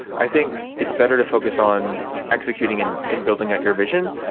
i think it's better to focus on executing and and building our your vision,